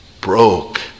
broke